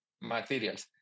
materials